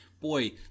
boy